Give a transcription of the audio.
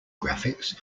graphics